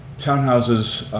townhouses,